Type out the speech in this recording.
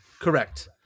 Correct